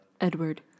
Edward